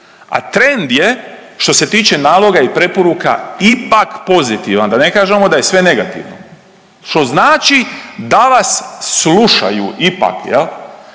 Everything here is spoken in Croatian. a tren je što se tiče naloga i preporuka ipak pozitivan da ne kažemo da je sve negativno. Što znači da vas slušaju ipak jel.